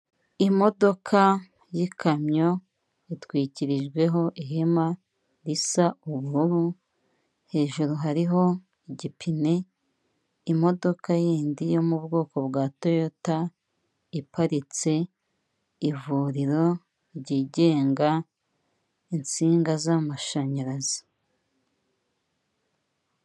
Imodoka y'ikamyo itwikirijweho ihema risa ubururu, hejuru hariho igipine imodoka yindi yo mu bwoko bwa toyota iparitse, ivuriro ryigenga, insinga z'amashanyarazi.